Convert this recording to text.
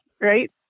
Right